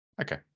Okay